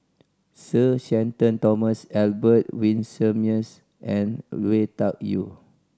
Sir Shenton Thomas Albert Winsemius and Lui Tuck Yew